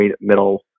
middle –